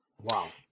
wow